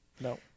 no